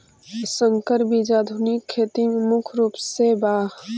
संकर बीज आधुनिक खेती में मुख्य रूप से बा